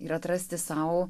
ir atrasti sau